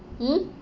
hmm